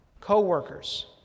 co-workers